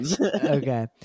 Okay